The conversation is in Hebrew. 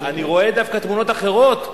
אני רואה דווקא תמונות אחרות.